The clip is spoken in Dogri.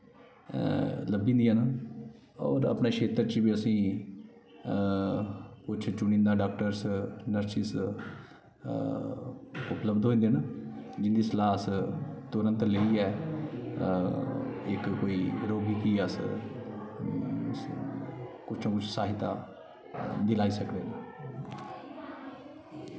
लब्भी जंदियां न होर अपने क्षेत्र च बी असें ई कुछ चुनिंदा डॉक्टर्स नर्सिस उपलब्ध होई जंदे न जिं'दी सलाह् अस तुरंत लेइयै इक कोई रोगी गी अस कुछ ना कुछ सहायता दिलाई सकने